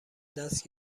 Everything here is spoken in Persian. دست